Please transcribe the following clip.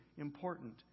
important